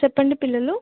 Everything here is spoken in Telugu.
చెప్పండి పిల్లలు